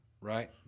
Right